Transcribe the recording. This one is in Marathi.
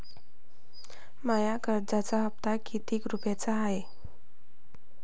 माया कर्जाचा हप्ता कितीक रुपये हाय?